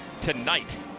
tonight